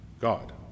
God